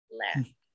left